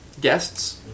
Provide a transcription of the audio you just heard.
guests